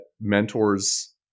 mentors